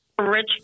rich